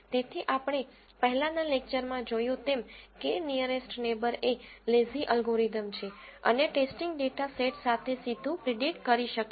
તેથી આપણે પહેલાનાં લેકચરમાં જોયું તેમ k નીઅરેસ્ટ નેબર એ લેઝી અલ્ગોરિધમ છે અને ટેસ્ટિંગ ડેટા સેટ સાથે સીધું પ્રીડીકટ કરી શકે છે